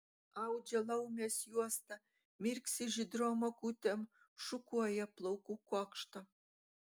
audžia laumės juostą mirksi žydrom akutėm šukuoja plaukų kuokštą